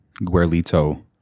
Guerlito